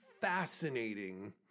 fascinating